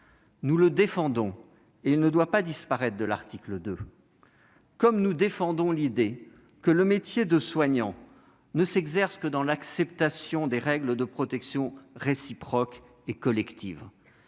Nous le défendons- il ne doit pas disparaître de l'article 2 !-, comme nous défendons l'idée que le métier de soignant ne s'exerce que dans l'acceptation des règles de protection réciproque et collective.